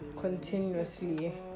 continuously